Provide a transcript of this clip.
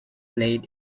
laid